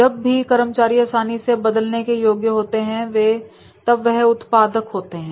जब भी कर्मचारी आसानी से बदलने के योग्य होते हैं तब वे उत्पादक होते हैं